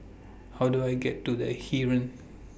How Do I get to The Heeren